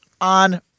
on